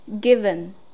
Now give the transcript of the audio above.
given